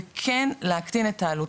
וכן להקטין את העלות.